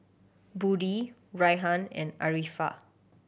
Budi Rayyan and Arifa